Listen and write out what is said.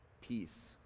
peace